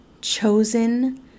chosen